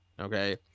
okay